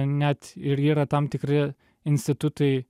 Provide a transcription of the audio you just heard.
net ir yra tam tikri institutai